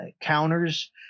counters